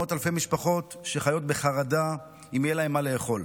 מאות אלפי משפחות שחיות בחרדה אם יהיה להן מה לאכול.